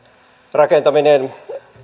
rakentaminen